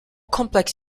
complex